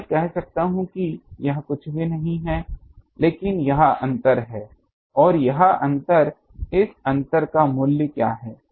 क्या मैं कह सकता हूं कि यह कुछ भी नहीं है लेकिन यह अंतर है और यह अंतर इस अंतर का मूल्य क्या है